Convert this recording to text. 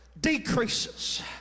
decreases